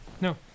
no